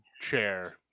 chair